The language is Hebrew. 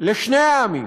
לשני העמים,